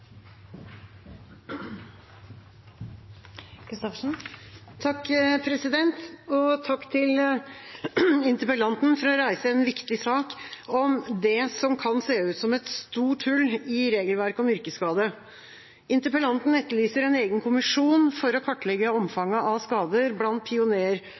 1990. Takk til interpellanten for å reise en viktig sak om det som kan se ut som et stort hull i regelverket om yrkesskade. Interpellanten etterlyser en egen kommisjon for å kartlegge omfanget av skader blant